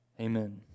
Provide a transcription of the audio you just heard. Amen